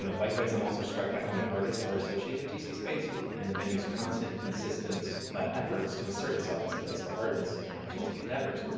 you know likewise, i'm also struck by how many artists are associate with d c. space and the venue's constant and consistent efforts to assert itself as a place for artists and artistic endeavors.